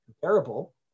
comparable